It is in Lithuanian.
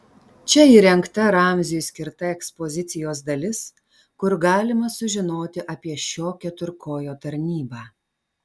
čia įrengta ramziui skirta ekspozicijos dalis kur galima sužinoti apie šio keturkojo tarnybą